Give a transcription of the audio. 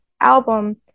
album